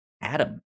Adam